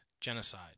Genocide